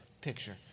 picture